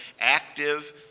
active